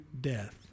death